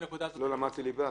לא למדתי ליבה,